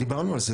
דיברנו על זה.